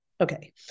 Okay